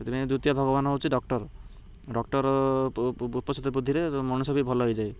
ସେଥିପାଇଁ ଦ୍ୱିତୀୟ ଭଗବାନ ହେଉଛି ଡକ୍ଟର ଡକ୍ଟର ଉପସ୍ଥିତ ବୁଦ୍ଧିରେ ମଣିଷ ବି ଭଲ ହୋଇଯାଏ